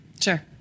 Sure